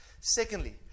secondly